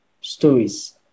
stories